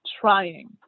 trying